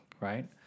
right